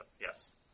yes